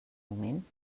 moment